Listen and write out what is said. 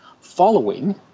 following